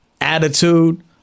attitude